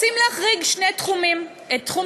רוצים להחריג שני תחומים: את תחום